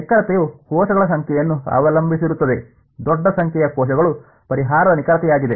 ನಿಖರತೆಯು ಕೋಶಗಳ ಸಂಖ್ಯೆಯನ್ನು ಅವಲಂಬಿಸಿರುತ್ತದೆ ದೊಡ್ಡ ಸಂಖ್ಯೆಯ ಕೋಶಗಳು ಪರಿಹಾರದ ನಿಖರತೆಯಾಗಿದೆ